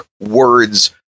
words